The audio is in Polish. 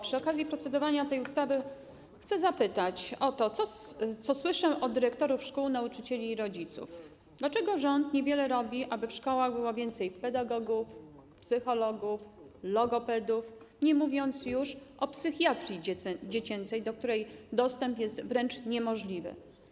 Przy okazji procedowania nad tym projektem ustawy chcę zapytać o to, co słyszę od dyrektorów szkół, nauczycieli i rodziców: Dlaczego rząd tak niewiele robi, aby w szkołach było więcej pedagogów, psychologów, logopedów, nie mówiąc już o psychiatrii dziecięcej, do której dostęp jest wręcz niemożliwy?